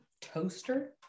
Toaster